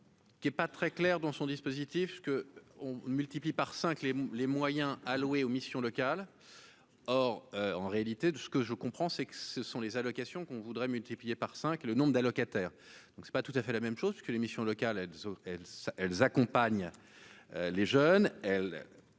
Qui est pas très clair dans son dispositif, ce que on multiplie par 5 les les moyens alloués aux missions locales, or en réalité de ce que je comprends c'est que ce sont les allocations qu'on voudrait multiplier par 5 le nombre d'allocataires, donc c'est pas tout à fait la même chose que les missions locales, elles, elles accompagnent les jeunes, elle